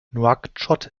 nouakchott